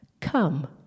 Come